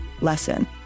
lesson